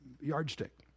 yardstick